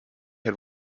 had